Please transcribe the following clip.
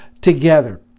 together